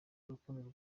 urukundo